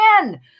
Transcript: again